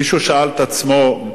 מישהו שאל את עצמו,